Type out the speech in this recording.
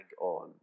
on